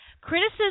criticism